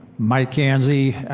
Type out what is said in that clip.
mike kansy,